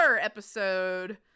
episode